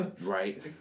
Right